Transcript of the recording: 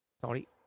Sorry